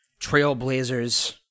trailblazers